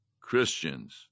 Christians